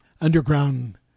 underground